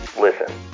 listen